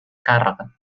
càrrega